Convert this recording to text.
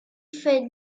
fait